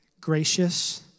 gracious